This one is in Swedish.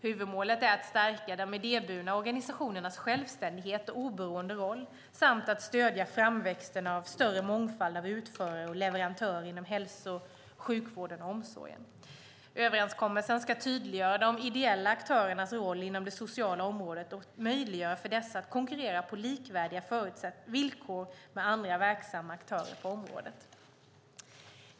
Huvudmålet är att stärka de idéburna organisationernas självständighet och oberoende roll samt att stödja framväxten av större mångfald av utförare och leverantörer inom hälso och sjukvården och omsorgen. Överenskommelsen ska tydliggöra de ideella aktörernas roll inom det sociala området och möjliggöra för dessa att konkurrera på likvärdiga villkor med andra verksamma aktörer på området.